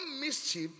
mischief